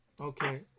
Okay